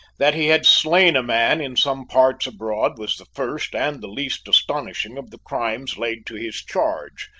that he had slain a man in some parts abroad was the first and the least astonishing of the crimes laid to his charge,